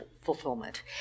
fulfillment